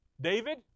David